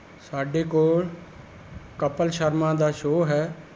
ਸਾਡੇ ਕੋਲ ਕਪਿਲ ਸ਼ਰਮਾ ਦਾ ਸ਼ੋਅ ਹੈ